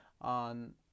on